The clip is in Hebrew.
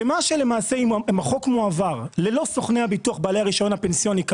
אם החוק מועבר ללא סוכני הביטוח בעלי הרישיון הפנסיוני,